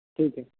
ٹھیک ہے